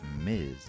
Ms